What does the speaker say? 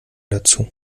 dazu